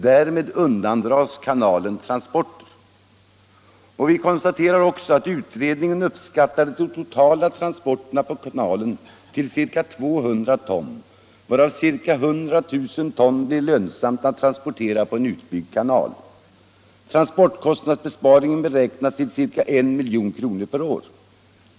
Därmed undandras kanalen transporter. Utredningen uppskattar de totala transporterna på kanalen till ca 200 000 ton varav ca 100 000 ton blir lönsamt att transportera på en utbyggd kanal. Transportkostnadsbesparingen beräknas till ca I miljon kronor per år.